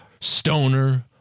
stoner